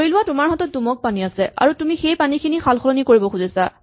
ধৰি লোৱা তোমাৰ হাতত দুমগ পানী আছে আৰু তুমি সেই পানীখিনি সালসলনি কৰিব খুজিছা